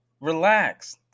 Relax